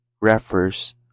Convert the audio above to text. refers